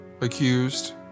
accused